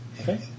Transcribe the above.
Okay